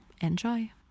Enjoy